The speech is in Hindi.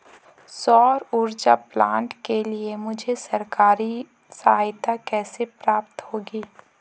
सौर ऊर्जा प्लांट के लिए मुझे सरकारी सहायता कैसे प्राप्त होगी?